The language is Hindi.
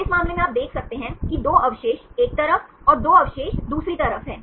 तो इस मामले में आप देख सकते हैं कि 2 अवशेष एक तरफ और 2 अवशेष दूसरी तरफ हैं